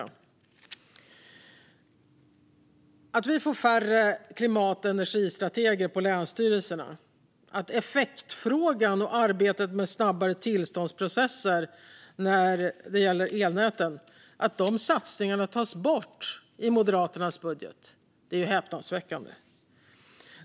Att vi får färre klimat och energistrateger på länsstyrelserna och att satsningarna på effektfrågan och snabbare tillståndsprocesser när det gäller elnäten tas bort i Moderaternas budget är häpnadsväckande.